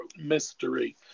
mystery